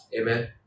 Amen